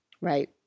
Right